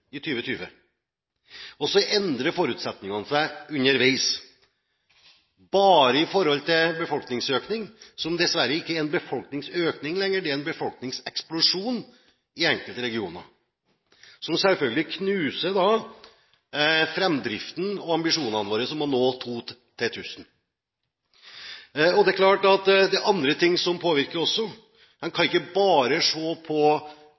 i 2020. Og forutsetningene endrer seg underveis, f.eks. når det gjelder befolkningsøkningen, som dessverre ikke er en befolkningsøkning lenger, men en befolkningseksplosjon i enkelte regioner, og som selvfølgelig knuser framdriften og ambisjonene våre om å nå målet om to til 1 000. Det er klart at det er andre ting som også påvirker. En kan ikke bare se på